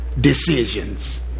decisions